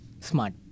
Smart